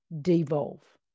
devolve